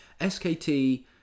SKT